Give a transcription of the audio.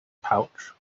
pouch